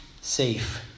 safe